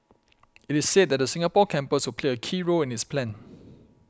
it is said that the Singapore campus will play a key role in its plan